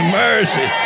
mercy